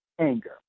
anger